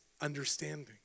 understanding